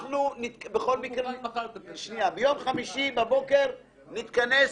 ביום חמישי בבוקר נתכנס